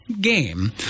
game